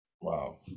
Wow